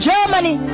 Germany